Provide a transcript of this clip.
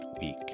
week